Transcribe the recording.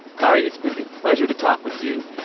kari, it's been a pleasure to talk with you.